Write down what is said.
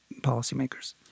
policymakers